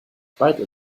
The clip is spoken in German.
byte